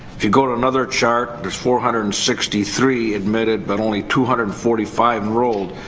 if you go to another chart, there's four hundred and sixty three admitted, but only two hundred and forty five enrolled.